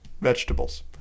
Vegetables